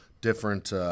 different –